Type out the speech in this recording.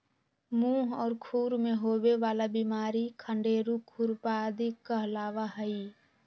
मुह और खुर में होवे वाला बिमारी खंडेरू, खुरपा आदि कहलावा हई